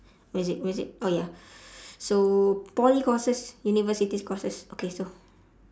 where is it where is it oh ya so poly courses universities course okay so